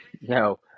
No